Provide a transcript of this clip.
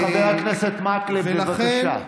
חבר הכנסת מקלב, בבקשה.